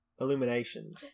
illuminations